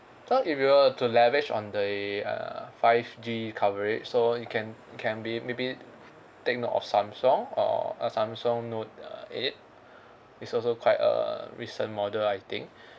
so if you were to leverage on the err five G coverage so you can you can be maybe take note of samsung or a samsung note uh eight is also quite a recent model I think